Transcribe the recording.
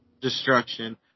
Destruction